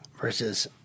versus